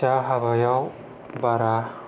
फिसा हाबायाव बारा